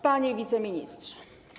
Panie Wiceministrze!